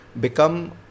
become